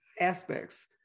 aspects